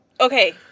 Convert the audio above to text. Okay